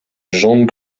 jean